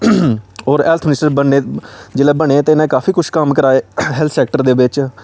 होर health minister बनने जेल्लै बने ते इ'नें काफी कुछ कम्म कराए हैल्थ सैक्टर दे बिच्च